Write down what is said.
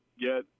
get